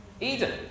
Eden